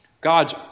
God's